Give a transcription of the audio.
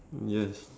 yes